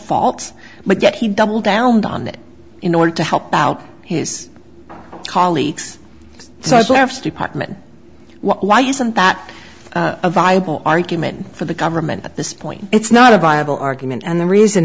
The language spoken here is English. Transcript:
faults but that he doubled down don that in order to help out his colleagues so i service department why isn't that a viable argument for the government at this point it's not a viable argument and the reason